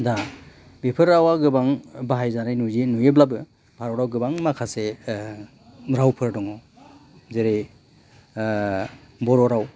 दा बेफोर रावा गोबां बाहायजानाय नुयो नुयोब्लाबो भारताव गोबां माखासे रावफोर दं जेरै बर' राव